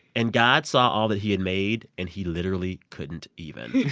and god saw all that he had made, and he literally couldn't even